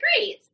great